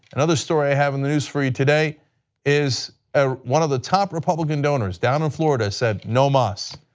another story i have in the news for you today is ah one of the top republican donors down in florida said no mas,